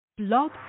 Blog